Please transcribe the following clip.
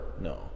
no